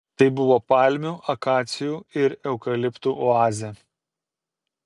tai buvo palmių akacijų ir eukaliptų oazė